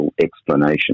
explanation